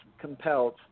compelled